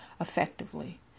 effectively